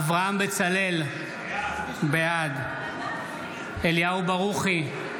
אברהם בצלאל, בעד אליהו ברוכי,